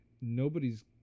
Nobody's